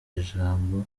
ijambo